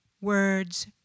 words